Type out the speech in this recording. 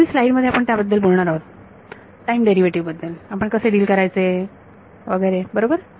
पुढील स्लाइडमध्ये आपण त्याबद्दल च बोलणार आहोत टाईम डेरिव्हेटिव्ह बद्दल आपण कसे डील करायचे बरोबर